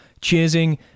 cheersing